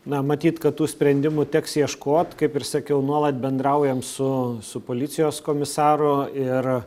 na matyt kad tų sprendimų teks ieškot kaip ir sakiau nuolat bendraujam su su policijos komisaru ir